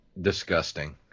disgusting